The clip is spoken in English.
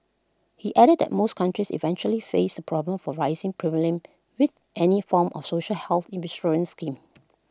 he added that most countries eventually face the problem for rising premiums with any form of social health insurance scheme